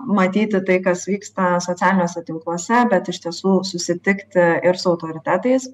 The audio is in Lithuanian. matyti tai kas vyksta socialiniuose tinkluose bet iš tiesų susitikti ir su autoritetais